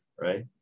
right